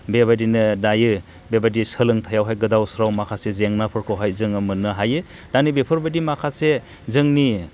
बेबादिनो दायो बेबादि सोलोंथायावहाय गोदाव सोराव माखासे जेंनाफोरखौहाय जोङो मोननो हायो दानि बेफोरबादि माखासे जोंनि